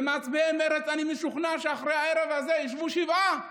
ומצביעי מרצ, אני משוכנע שאחרי הערב הזה ישבו שבעה